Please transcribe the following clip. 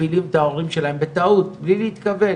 משפילים את ההורים שלהם בטעות בלי להתכוון,